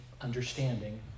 understanding